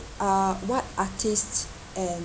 are what artists and